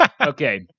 okay